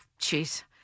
Jeez